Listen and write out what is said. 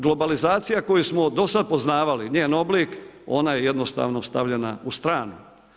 Globalizacija koju smo do sad poznavali, njen oblik, ona je jednostavno stavljena u stranu.